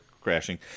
crashing